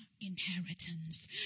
inheritance